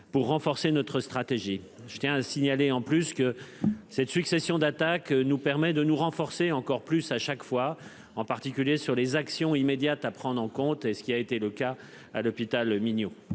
pour renforcer notre stratégie. Je tiens à signaler en plus que cette succession d'attaques nous permet de nous renforcer encore plus à chaque fois en particulier sur les actions immédiates à prendre en compte et ce qui a été le cas à l'hôpital mignon,